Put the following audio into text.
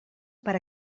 per